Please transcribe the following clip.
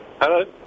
Hello